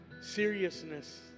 Seriousness